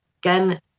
Again